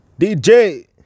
DJ